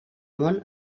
món